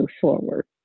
forward